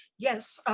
yes.